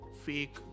fake